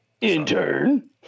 Intern